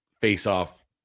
face-off